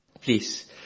Please